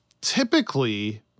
typically